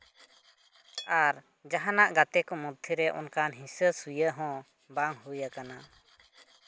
ᱟᱨ ᱡᱟᱦᱟᱱᱟᱜ ᱜᱟᱛᱮ ᱠᱚ ᱢᱚᱫᱽᱫᱷᱮ ᱨᱮ ᱚᱱᱠᱟᱱ ᱦᱤᱥᱟᱹ ᱥᱩᱭᱟᱹ ᱦᱚᱸ ᱵᱟᱝ ᱦᱩᱭ ᱟᱠᱟᱱᱟ